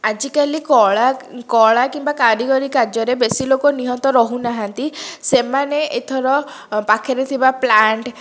ଆଜିକାଲି କଳା କଳା କିମ୍ବା କାରିଗରୀ କାର୍ଯ୍ୟରେ ବେଶୀ ଲୋକ ନିହତ ରହୁନାହାନ୍ତି ସେମାନେ ଏଥର ପାଖେରେ ଥିବା ପ୍ଳାଣ୍ଟ